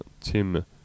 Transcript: Tim